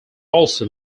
also